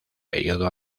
período